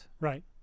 right